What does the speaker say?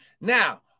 Now